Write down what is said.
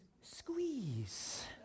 squeeze